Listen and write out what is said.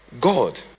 God